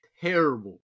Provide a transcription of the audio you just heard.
terrible